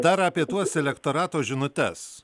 dar apie tuos elektorato žinutes